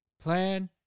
plan